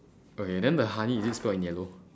okay then the honey is still in yellow